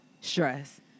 stress